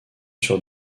sur